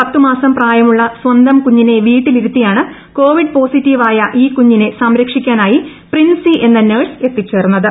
പത്തുമാസം പ്രായമുള്ള സ്വന്തം കൃഷ്ത്തിനെ വീട്ടിലിരുത്തിയാണ് കോവിഡ് പോസിറ്റീവായ ഇന്റ് ക്യൂഞ്ഞിനെ സംരക്ഷിക്കാനായി പ്രിൻസി എന്ന നേഴ്സ് എത്തിച്ചേർണത്